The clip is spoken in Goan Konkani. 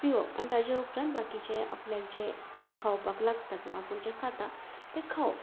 ताचे उपरांत बाकीचे आपल्याचे खावपाक लागता म्हणजे खाता ते खावप